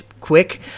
quick